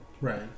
Right